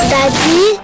Daddy